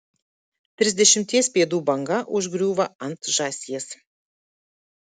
trisdešimties pėdų banga užgriūva ant žąsies